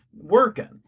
working